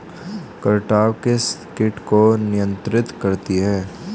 Cartap किस किट को नियंत्रित करती है?